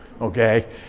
okay